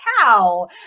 cow